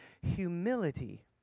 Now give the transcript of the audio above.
humility